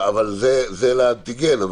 זה לאנטיגן,